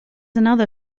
another